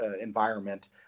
environment